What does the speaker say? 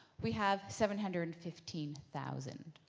we have seven hundred and fifteen thousand.